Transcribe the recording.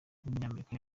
w’umunyamerika